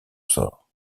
sort